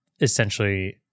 essentially